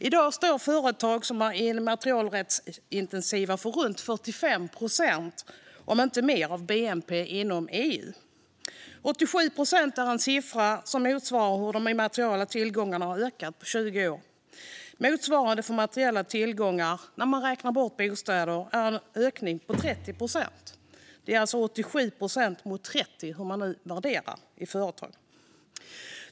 I dag står företag som är immaterialrättsintensiva för runt 45 procent, om inte mer, av bnp inom EU. 87 procent är en siffra som motsvarar hur de immateriella tillgångarna har ökat på 20 år. Motsvarande för materiella tillgångar, när man räknar bort bostäder, är en ökning på 30 procent. Det är alltså 87 procent mot 30 i hur man värderar i företag.